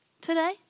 today